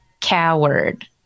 coward